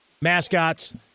mascots